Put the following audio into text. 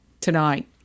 tonight